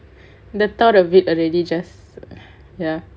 the thought of it already just ya